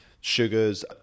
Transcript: sugars